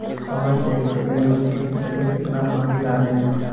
पाँच हेक्टेयर गेहूँ की फसल में कितना पानी डालें?